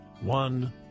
one